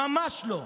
ממש לא.